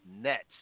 net